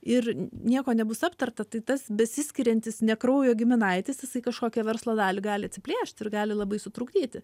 ir nieko nebus aptarta tai tas besiskiriantis ne kraujo giminaitis jisai kažkokią verslo dalį gali atsiplėšti ir gali labai sutrukdyti